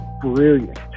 brilliant